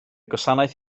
gwasanaeth